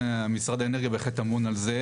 משרד האנרגיה בהחלט אמון על התמונה הכללית.